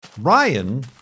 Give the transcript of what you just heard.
Ryan